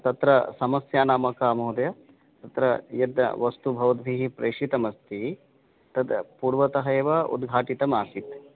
तत्र समस्या नाम का महोदय तत्र यद् वस्तु भवद्भिः प्रेषितमस्ति तद् पूर्वतः एव उद्घाटितमासीत्